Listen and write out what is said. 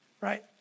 right